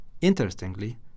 Interestingly